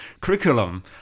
curriculum